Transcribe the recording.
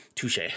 Touche